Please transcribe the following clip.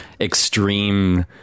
extreme